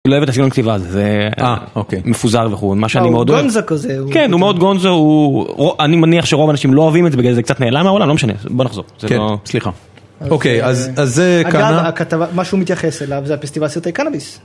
אני לא אוהב את הסגנון כתיבה, זה... אה, אוקיי. מפוזר וכו', מה שאני מאוד אוהב. אה, הוא גונזו כזה. כן, הוא מאוד גונזו, הוא... אני מניח שרוב האנשים לא אוהבים את זה, בגלל זה קצת נעלם מהעולם, לא משנה. בוא נחזור. כן. סליחה. אוקיי, אז זה... אגב, מה שהוא מתייחס אליו זה הפסטיבל סרטי קנאביס.